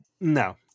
No